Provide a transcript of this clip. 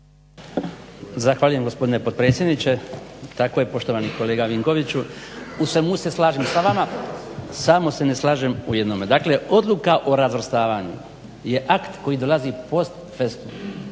Zahvaljujem gospodine potpredsjedniče. Tako je poštovani kolega Vinkoviću. U svemu se slažem sa vama, samo se ne slažem u jednome. Dakle, odluka o razvrstavanju je akt koji dolazi post festum.